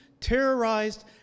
terrorized